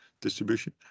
distribution